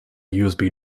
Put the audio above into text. usb